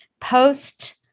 post